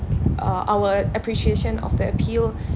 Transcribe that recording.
uh our appreciation of the appeal